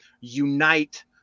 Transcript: unite